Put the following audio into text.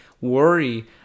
worry